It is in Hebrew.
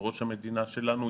עם ראש המדינה שלנו,